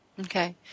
Okay